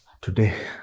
Today